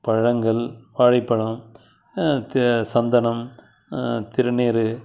பழங்கள் வாழைப்பழம் தெ சந்தனம் திருநீறு